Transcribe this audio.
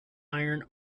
iron